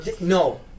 No